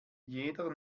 jeder